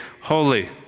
holy